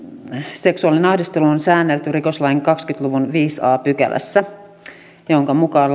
seksuaalinen ahdistelu on säännelty rikoslain kahdenkymmenen luvun viidennessä a pykälässä jonka mukaan